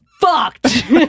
fucked